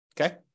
Okay